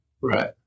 Right